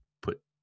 put